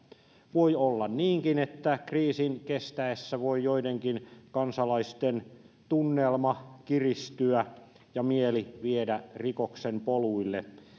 voi olla niinkin että kriisin kestäessä voi joidenkin kansalaisten tunnelma kiristyä ja mieli viedä rikoksen poluille